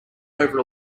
over